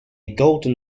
golden